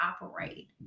operate